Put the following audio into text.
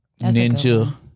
Ninja